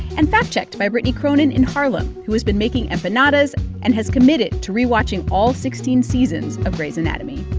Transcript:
and fact-checked by brittany cronin in harlem, who has been making empanadas and has committed to re-watching all sixteen seasons of grey's anatomy